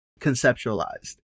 conceptualized